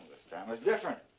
this time, it's different.